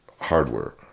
hardware